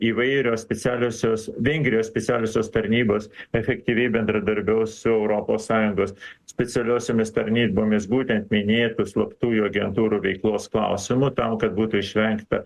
įvairios specialiosios vengrijos specialiosios tarnybos efektyviai bendradarbiaus su europos sąjungos specialiosiomis tarnybomis būtent minėtų slaptųjų agentūrų veiklos klausimu tam kad būtų išvengta